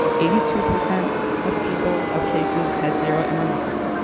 eighty two percent of people of cases had zero um um ah mmrs,